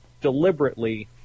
deliberately